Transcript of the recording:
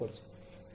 તેઓ શું કરે છે